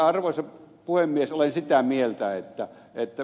arvoisa puhemies ole sitä mieltä että että